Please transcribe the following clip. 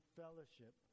fellowship